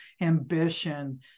ambition